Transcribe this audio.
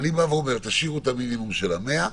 אני אומר, תשאירו את המינימום של ה-100 מטר,